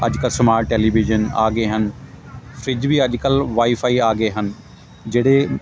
ਅੱਜ ਕੱਲ੍ਹ smart television ਆ ਗਏ ਹਨ ਫਰਿਜ਼ ਵੀ ਅੱਜਕੱਲ੍ਹ ਵਾਈਫਾਈ ਆ ਗਏ ਹਨ ਜਿਹੜੇ